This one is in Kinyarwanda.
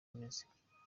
bimeze